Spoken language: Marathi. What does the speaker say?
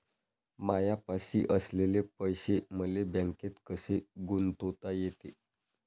मायापाशी असलेले पैसे मले बँकेत कसे गुंतोता येते?